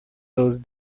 los